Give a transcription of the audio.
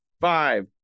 five